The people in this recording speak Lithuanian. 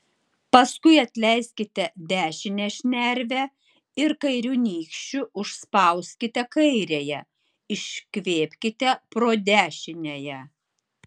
paskui atleiskite dešinę šnervę ir kairiu nykščiu užspauskite kairiąją iškvėpkite pro dešiniąją